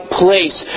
place